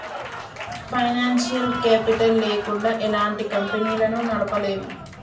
financial capital లేకుండా ఎలాంటి కంపెనీలను నడపలేము